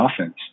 offense